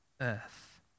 earth